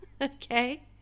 Okay